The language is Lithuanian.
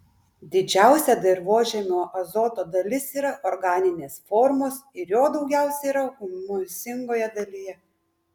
didžiausia dirvožemio azoto dalis yra organinės formos ir jo daugiausiai yra humusingoje dalyje